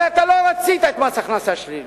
הרי אתה לא רצית מס הכנסה שלילי,